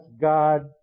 God